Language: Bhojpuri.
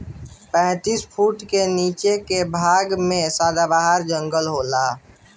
पैतीस फुट के नीचे के भाग में सदाबहार जंगल होला